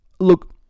look